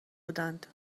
بودند